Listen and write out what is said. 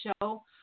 show